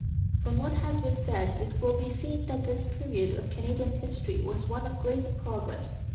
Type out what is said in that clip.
from what has been said it will be seen that this period of canadian history was one of great progress.